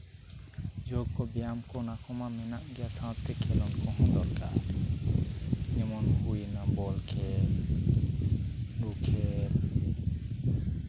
ᱡᱳᱜᱽ ᱠᱚ ᱵᱮᱭᱟᱢ ᱠᱚ ᱚᱱᱟ ᱠᱚᱢᱟ ᱢᱮᱱᱟᱜ ᱜᱮᱭᱟ ᱥᱟᱣᱛᱮ ᱠᱷᱮᱞᱳᱰ ᱠᱚᱦᱚᱸ ᱫᱚᱨᱠᱟᱨ ᱡᱮᱢᱚᱱ ᱦᱩᱭᱱᱟ ᱵᱚᱞ ᱠᱷᱮᱞ ᱠᱷᱮᱞ